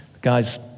Guy's